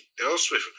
elsewhere